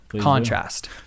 contrast